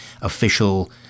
official